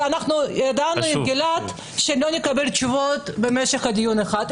ידענו עם גלעד שלא נקבל תשובות במשך דיון אחד.